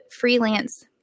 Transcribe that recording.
freelance